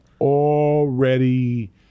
already